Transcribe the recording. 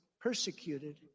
persecuted